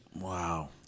Wow